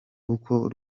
uko